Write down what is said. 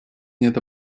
нет